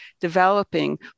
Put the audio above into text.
developing